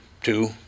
Two